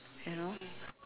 you know